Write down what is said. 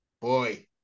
boy